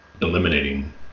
eliminating